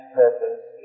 purpose